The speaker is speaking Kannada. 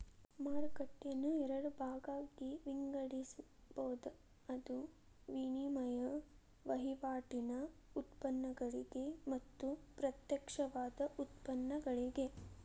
ಮಾರುಕಟ್ಟೆಯನ್ನ ಎರಡ ಭಾಗಾಗಿ ವಿಂಗಡಿಸ್ಬೊದ್, ಅದು ವಿನಿಮಯ ವಹಿವಾಟಿನ್ ಉತ್ಪನ್ನಗಳಿಗೆ ಮತ್ತ ಪ್ರತ್ಯಕ್ಷವಾದ ಉತ್ಪನ್ನಗಳಿಗೆ